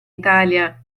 italia